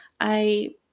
I-